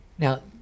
Now